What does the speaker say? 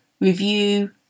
review